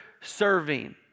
serving